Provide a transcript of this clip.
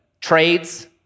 trades